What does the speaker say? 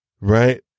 right